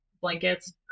blankets